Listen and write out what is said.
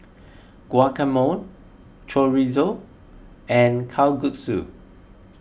Guacamole Chorizo and Kalguksu